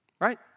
right